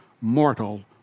mortal